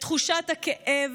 את תחושת הכאב,